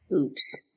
Oops